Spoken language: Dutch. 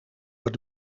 het